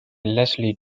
leslie